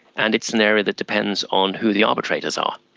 and it's an area that depends on who the arbitrators are.